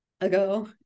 ago